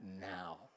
now